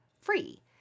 free